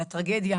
על הטרגדיה,